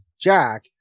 Jack